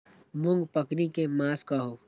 मूँग पकनी के मास कहू?